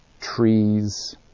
trees